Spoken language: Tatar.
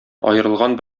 аерылган